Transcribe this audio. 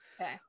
Okay